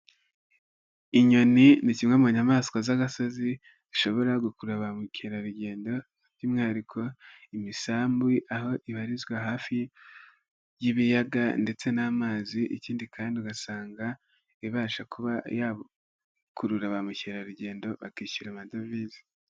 Inyoni ni kimwe mu nyamanswa z'agasozi zishobora gukurura ba mukerarugendo by'umwihariko imisambi aho ibarizwa hafi y'ibiyaga ndetse n'amazi ikindi kandi ugasanga ibasha kuba yakurura ba mukerarugendo bakishyura amadovize.